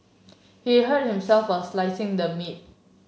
he hurt himself a slicing the meat